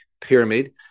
pyramid